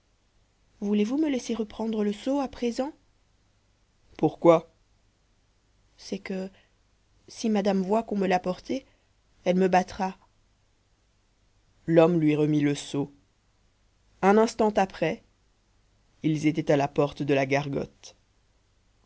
voulez-vous me laisser reprendre le seau à présent pourquoi c'est que si madame voit qu'on me l'a porté elle me battra l'homme lui remit le seau un instant après ils étaient à la porte de la gargote